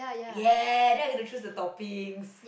yes then I can choose the toppings